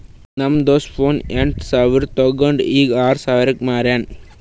ನಮ್ದು ದೋಸ್ತ ಫೋನ್ ಎಂಟ್ ಸಾವಿರ್ಗ ತೊಂಡು ಈಗ್ ಆರ್ ಸಾವಿರ್ಗ ಮಾರ್ಯಾನ್